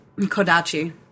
Kodachi